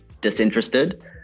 disinterested